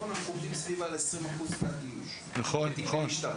אנחנו עומדים על סביב 20 אחוז תת איוש בתקני משטרה.